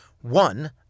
one